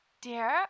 Dear